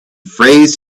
phrase